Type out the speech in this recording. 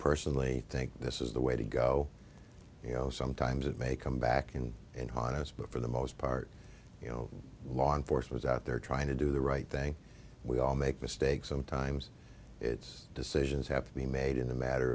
personally think this is the way to go you know sometimes it may come back in and highness but for the most part you know law enforcement out there trying to do the right thing we all make mistakes sometimes it's decisions have to be made in a matter